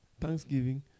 thanksgiving